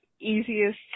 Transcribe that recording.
easiest